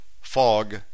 fog